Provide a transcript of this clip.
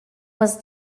was